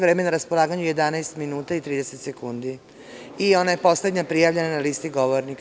Vreme na raspolaganju je 11 minuta i 30 sekundi i ona je poslednja prijavljena na listi govornika.